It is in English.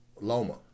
Loma